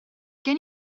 gen